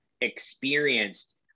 experienced